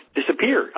disappear